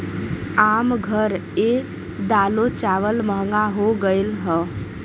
आम घर ए दालो चावल महंगा हो गएल हौ